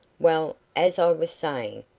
well, as i was saying,